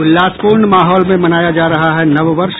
उल्लासपूर्ण माहौल में मनाया जा रहा है नव वर्ष